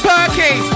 Perky